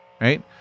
right